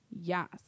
Yes